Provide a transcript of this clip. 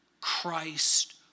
Christ